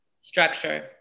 Structure